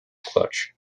clutch